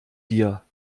dir